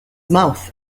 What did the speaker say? mouth